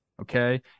okay